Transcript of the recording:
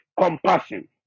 compassion